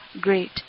great